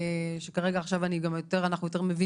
שכרגע עכשיו אנחנו יותר מבינים,